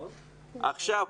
עכשיו,